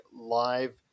live